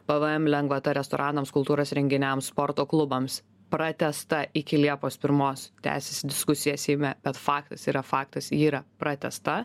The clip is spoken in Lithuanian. pvm lengvata restoranams kultūros renginiams sporto klubams pratęsta iki liepos pirmos tęsiasi diskusija seime bet faktas yra faktas ji yra pratęsta